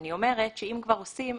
אני אומרת שאם כבר עושים,